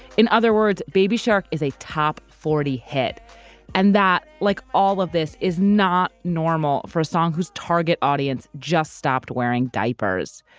in other words, baby shark is a top forty hit and that, like all of this, is not normal for a song whose target audience just stopped wearing diapers.